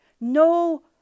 No